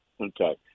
okay